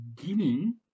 beginning